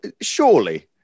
surely